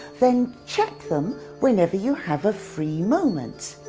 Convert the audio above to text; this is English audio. then check them whenever you have a free moment.